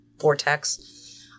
vortex